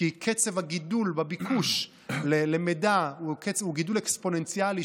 כי קצב הגידול בביקוש למידע הוא גידול אקספוננציאלי,